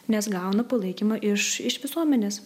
nes gauną palaikymą iš iš visuomenės